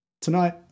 Tonight